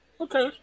Okay